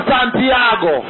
Santiago